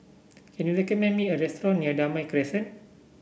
can you recommend me a restaurant near Damai Crescent